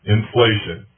inflation